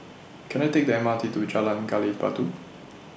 Can I Take The M R T to Jalan Gali Batu